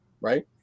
right